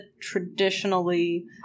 traditionally